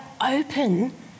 open